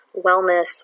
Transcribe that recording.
wellness